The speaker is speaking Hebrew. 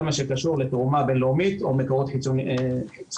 מה שקשור לתרומה בין-לאומית או מקורות חיצוניים.